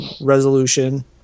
resolution